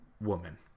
woman